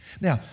Now